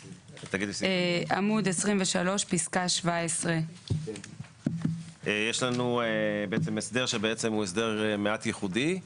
עמוד 23 פסקה 17. יש לנו בעצם הסדר שהוא הסדר מעט ייחודי,